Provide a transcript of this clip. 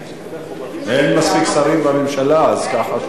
אין מספיק שרים בממשלה, אז ככה,